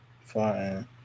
Fine